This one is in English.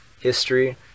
history